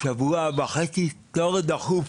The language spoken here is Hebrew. שבוע וחצי לתור דחוף.